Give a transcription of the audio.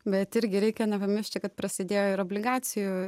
bet irgi reikia nepamiršti kad prasidėjo ir obligacijų